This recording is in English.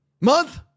month